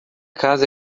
casa